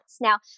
Now